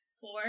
four